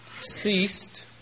ceased